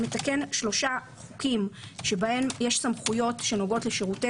מתקן שלושה חוקים שבהם יש סמכויות שנוגעות לשירותי